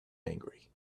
angry